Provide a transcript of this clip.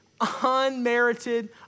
unmerited